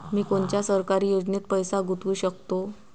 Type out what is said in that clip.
मी कोनच्या सरकारी योजनेत पैसा गुतवू शकतो?